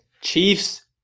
Chiefs